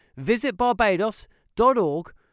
visitbarbados.org